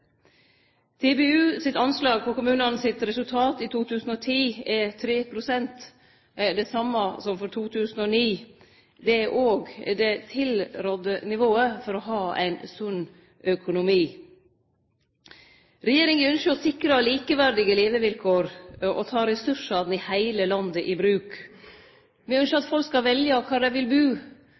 sitt anslag på kommunane sitt resultat i 2010 er 3 pst. – det same som for 2009. Det er òg det tilrådde nivået for å ha ein sunn økonomi. Regjeringa ynskjer å sikre likeverdige levevilkår og ta ressursane i heile landet i bruk. Me ynskjer at folk skal få velje kvar dei vil bu,